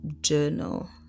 journal